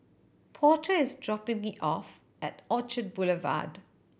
Porter is dropping me off at Orchard Boulevard